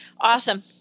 Awesome